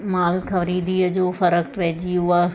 माल ख़रीदीअ जो फ़र्क़ु रहिजी वियो आहे